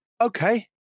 okay